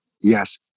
Yes